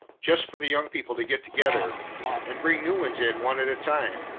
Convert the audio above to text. just for the young people to get together and bring new ones in one at a time,